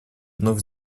вновь